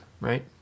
right